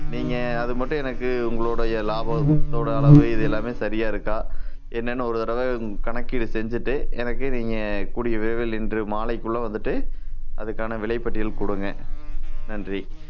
நீங்கள் அது மட்டும் எனக்கு உங்களோடைய லாபத்தோடய அளவு இது எல்லாமே சரியா இருக்கா என்னன்னு ஒரு தடவை கணக்கீடு செஞ்சுட்டு எனக்கு நீங்கள் கூடிய விரைவில் இன்று மாலைக்குள் வந்துட்டு அதுக்கான விலை பட்டியல் கொடுங்க நன்றி